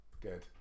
Good